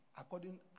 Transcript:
according